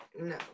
No